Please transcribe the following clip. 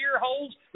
holes